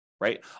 right